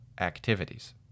activities